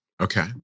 Okay